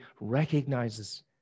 recognizes